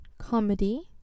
comedy